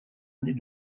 année